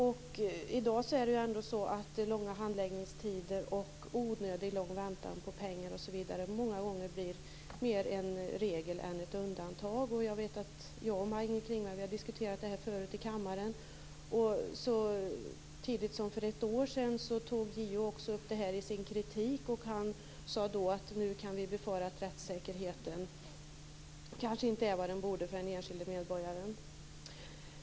I dag blir långa handläggningstider och onödigt lång väntan på pengar många gånger mer en regel än ett undantag. Jag och Maj-Inger Klingvall har diskuterat det här förut i kammaren. Så tidigt som för ett år sedan tog JO också upp detta i sin kritik. Han sade då att vi kunde befara att rättssäkerheten kanske inte var vad den borde vara för den enskilde medborgaren.